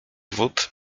wód